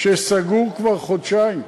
שסגור כבר חודשיים,